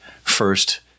first